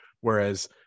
whereas